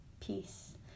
peace